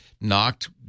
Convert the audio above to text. knocked